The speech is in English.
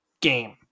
game